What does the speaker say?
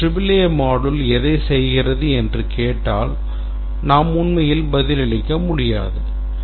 மேலும் AAA module எதை செய்கிறது என்று கேட்டால் நாம் உண்மையில் பதிலளிக்க முடியாது